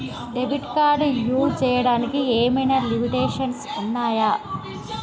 Debit card use చేయడానికి ఏమైనా limitations ఉన్నాయా?